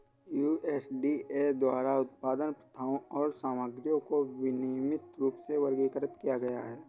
USDA द्वारा उत्पादन प्रथाओं और सामग्रियों को विनियमित रूप में वर्गीकृत किया गया है